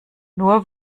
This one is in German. nur